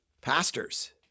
pastors